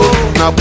Now